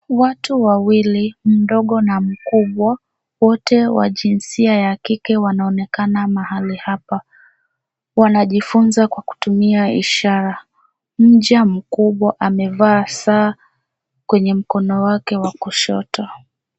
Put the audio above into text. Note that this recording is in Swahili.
Watu wawili, mdogo na mkubwa wote wa jinsia ya kike wanaonekana mahali hapa. Wanajifunza kwa kutumia ishara. Mja mkubwa amevaa saa kwenye mkono wake wa kushoto.